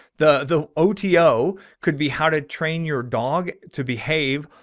the the oto could be how to train your dog to behave.